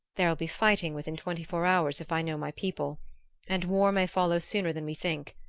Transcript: there will be fighting within twenty-four hours, if i know my people and war may follow sooner than we think.